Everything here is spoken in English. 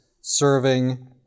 serving